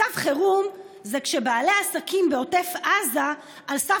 מצב חירום זה כשבעלי עסקים בעוטף עזה על סף